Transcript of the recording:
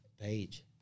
page